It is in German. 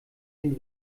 den